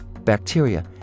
bacteria